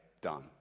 done